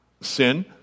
sin